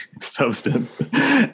substance